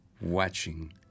watching